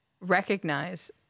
recognize